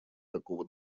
такого